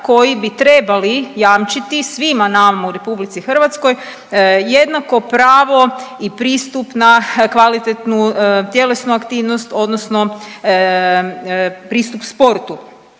koji bi trebali jamčiti svima nama u RH jednako pravo i pristup na kvalitetnu tjelesnu aktivnost odnosno pristup sportu.